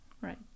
Right